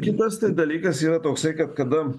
kitas dalykas yra toksai kad kada